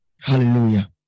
Hallelujah